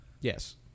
Yes